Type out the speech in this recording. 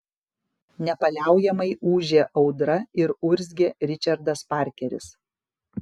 nepaliaujamai ūžė audra ir urzgė ričardas parkeris